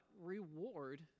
reward